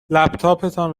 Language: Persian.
لپتاپتان